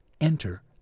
enter